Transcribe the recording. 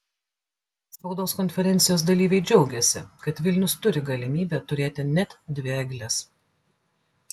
spaudos konferencijos dalyviai džiaugėsi kad vilnius turi galimybę turėti net dvi egles